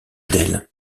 d’elle